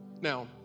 Now